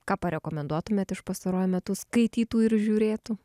ką parekomenduotumėt iš pastaruoju metu skaitytų ir žiūrėtų